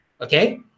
Okay